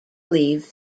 leave